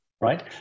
right